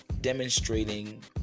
demonstrating